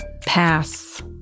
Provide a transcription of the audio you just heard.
pass